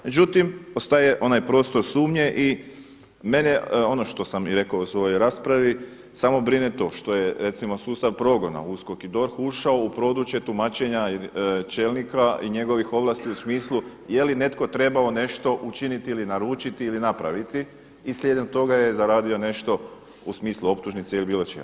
Međutim, postoji onaj prostor sumnje i mene, ono što sam i rekao u svojoj raspravi samo brine to što je recimo sustav progona USKOK i DORH ušao u područje tumačenja čelnika i njegovih ovlasti u smislu je li netko trebao nešto učiniti ili naručiti ili napraviti i slijedom toga je zaradio nešto u smislu optužnice ili bilo čega.